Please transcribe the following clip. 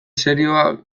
serioa